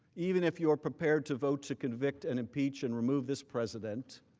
even if you're prepared to vote to convict and impeach and remove this president,